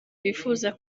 bifuza